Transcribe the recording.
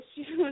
issues